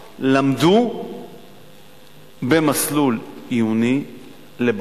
ויש לנו למשל ציבור חרדי גדול שגם הוא לא ניגש